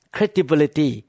Credibility